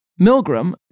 Milgram